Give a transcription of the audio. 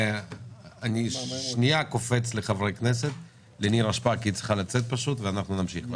אני קופץ לחברת הכנסת נירה שפק שצריכה לצאת ואז נמשיך.